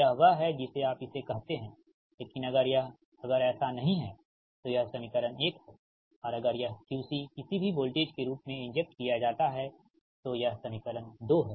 यह वह है जिसे आप इसे कहते हैं लेकिन अगर अगर ऐसा नहीं है तो यह समीकरण 1 है और अगर यह QC किसी भी वोल्टेज के रूप में इंजेक्ट किया जाता है तो यह समीकरण 2 है